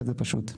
כזה פשוט.